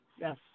Yes